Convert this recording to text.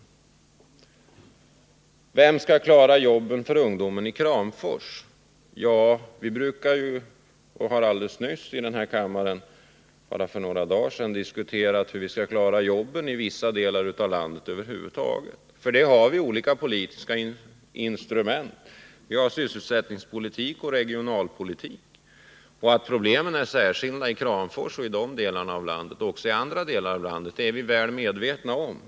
Vem skall klara jobben för ungdomen i Kramfors? Ja, vi brukar i denna kammare ofta diskutera dessa problem, och bara för några dagar sedan diskuterade vi hur vi skall klara jobben i landet över huvud taget. Att problemen är speciella i Kramfors och också i vissa andra delar av landet är vi helt medvetna om.